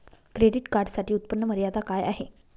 Credit कार्डसाठी उत्त्पन्न मर्यादा काय आहे?